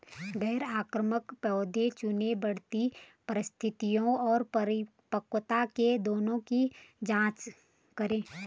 गैर आक्रामक पौधे चुनें, बढ़ती परिस्थितियों और परिपक्वता के दिनों की जाँच करें